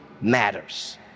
matters